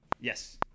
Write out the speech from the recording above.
Yes